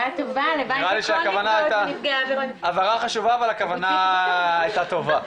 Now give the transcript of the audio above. הבהרה חשובה, אבל הכוונה הייתה טובה.